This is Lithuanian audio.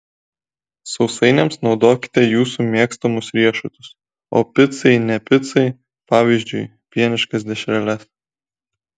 sausainiams naudokite jūsų mėgstamus riešutus o picai ne picai pavyzdžiui pieniškas dešreles